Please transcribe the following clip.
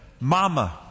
Mama